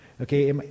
Okay